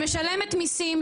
שמשלמת מיסים,